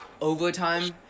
overtime